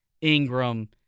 Ingram